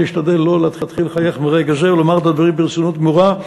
אני אשתדל לא להתחיל לחייך ברגע זה ולומר את הדברים ברצינות גמורה.